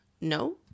No